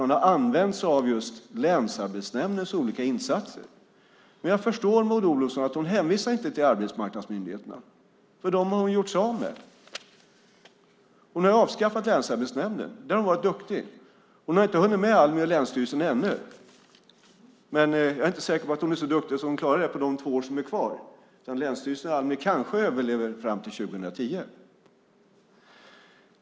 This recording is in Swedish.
Man har använt sig av just länsarbetsnämndens olika insatser. Jag förstår att Maud Olofsson inte hänvisar till arbetsmarknadsmyndigheterna. Dem har hon gjort sig av med. Hon har avskaffat länsarbetsnämnden. Där har hon varit duktig. Hon har inte hunnit med Almi och länsstyrelsen ännu, men jag är inte säker på att hon är så duktig att hon klarar det på de två år som är kvar. Länsstyrelsen och Almi kanske överlever fram till 2010.